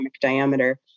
diameter